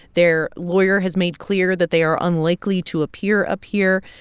their lawyer has made clear that they are unlikely to appear up here.